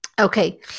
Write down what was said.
Okay